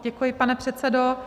Děkuji, pane předsedo.